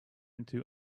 into